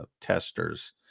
testers